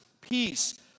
peace